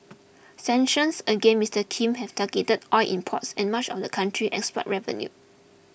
sanctions against Mister Kim have targeted oil imports and much of the country's export revenue